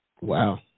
Wow